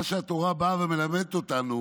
מה שהתורה באה ומלמדת אותנו